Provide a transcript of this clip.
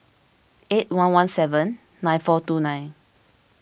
eight one one seven nine four two nine